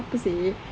apa seh